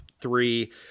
three